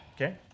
Okay